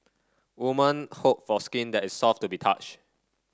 women hope for skin that is soft to the touch